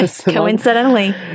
Coincidentally